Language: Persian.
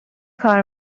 کار